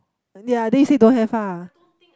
yea they say don't have ah